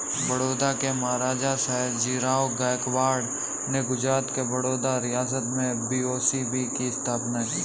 बड़ौदा के महाराजा, सयाजीराव गायकवाड़ ने गुजरात के बड़ौदा रियासत में बी.ओ.बी की स्थापना की